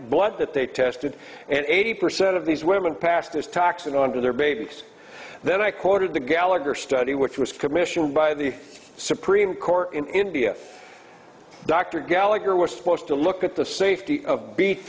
blood that they tested and eighty percent of these women passed as toxin onto their babies then i quoted the gallagher study which was commissioned by the supreme court in india dr gallagher we're supposed to look at the safety of b